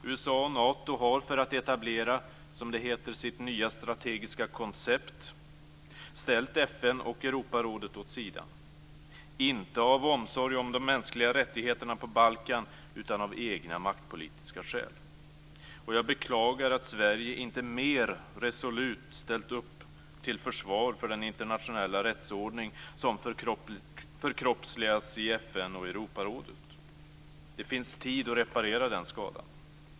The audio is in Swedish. USA och Nato har för att etablera, som det heter, sitt nya strategiska koncept ställt FN och Europarådet åt sidan, inte av omsorg om de mänskliga rättigheterna på Balkan utan av egna maktpolitiska skäl. Jag beklagar att Sverige inte mer resolut har ställt upp till försvar för den internationella rättsordning som förkroppsligas i FN och i Europarådet. Det finns tid att reparera den skadan.